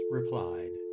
replied